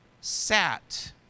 sat